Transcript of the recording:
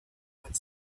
put